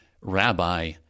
Rabbi